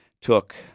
took